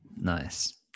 Nice